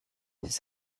his